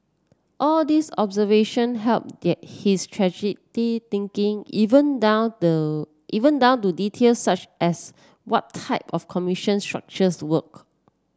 all these observation help his strategic thinking even down the even down to detail such as what type of commission structure work